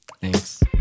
Thanks